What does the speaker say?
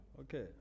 Okay